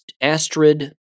Astrid